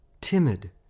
timid